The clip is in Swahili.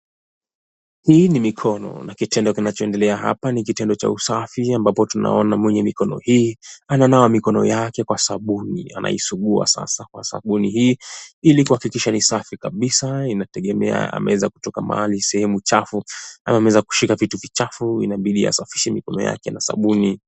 Hii ni mikono na kitendo kinachoendelea hapa ni kitendo cha usafi ambapo tunaona mwenye mikono hii ananawa mikono yake kwa sabuni, anaisugua sasa kwa sabuni hii ili kuhakikisha ni safi kabisa. Inategemea ameweza kutoka mahali sehemu chafu ama ameweza kushika vitu vichafu inabidi asafishe mikono yake na sabuni.